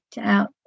out